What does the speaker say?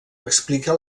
explica